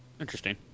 Interesting